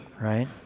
Right